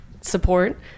support